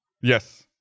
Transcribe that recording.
Yes